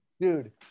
dude